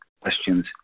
questions